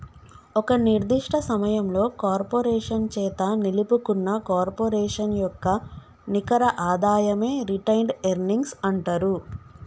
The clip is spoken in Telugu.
ఒక నిర్దిష్ట సమయంలో కార్పొరేషన్ చేత నిలుపుకున్న కార్పొరేషన్ యొక్క నికర ఆదాయమే రిటైన్డ్ ఎర్నింగ్స్ అంటరు